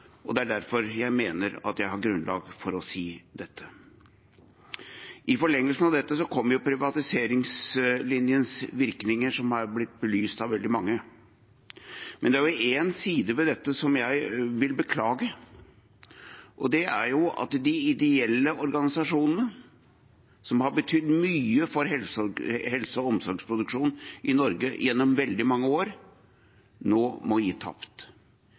protester. Det er derfor jeg mener jeg har grunnlag for å si dette. I forlengelsen av dette kommer privatiseringslinjens virkninger, som er blitt belyst av veldig mange. Men det er én side ved dette jeg vil beklage. Det er at de ideelle organisasjonene, som har betydd mye for helse- og omsorgsproduksjon i Norge gjennom veldig mange år, nå må gi tapt.